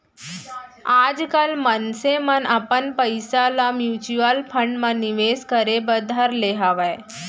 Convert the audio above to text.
आजकल मनसे मन अपन पइसा ल म्युचुअल फंड म निवेस करे बर धर ले हवय